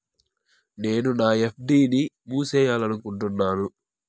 నేను నా ఎఫ్.డి ని మూసేయాలనుకుంటున్నాను